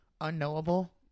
unknowable